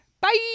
Bye